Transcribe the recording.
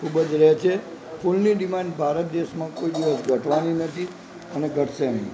ખૂબ જ રહે છે ફૂલની ડિમાન્ડ ભારત દેશમાં કોઈ દિવસ ઘટવાની નથી અને ઘટશે નહીં